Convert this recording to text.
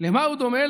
למה הוא דומה?